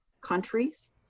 countries